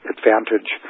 Advantage